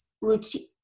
routine